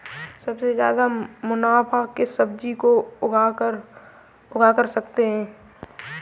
सबसे ज्यादा मुनाफा किस सब्जी को उगाकर कर सकते हैं?